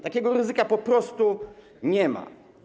Takiego ryzyka po prostu nie ma.